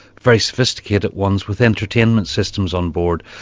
very sophisticated ones with entertainment systems on board.